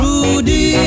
Rudy